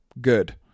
good